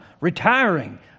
retiring